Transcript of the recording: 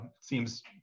seems